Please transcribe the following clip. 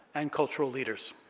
and cultural leaders.